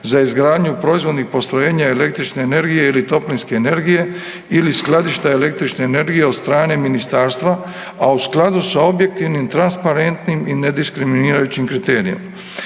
za izgradnju proizvodnih postrojenja električne energije ili toplinske energije ili skladišta električne energije od strane ministarstva, a u skladu sa objektivnim i transparentnim i ne diskriminirajućim kriterijima.